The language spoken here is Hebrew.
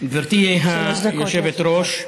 גברתי היושבת-ראש,